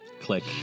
Click